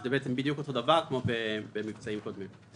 שזה בדיוק אותו דבר כמו במבצעים קודמים.